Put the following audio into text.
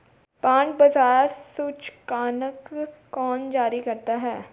Bond बाजार सूचकांक कौन जारी करता है?